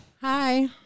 Hi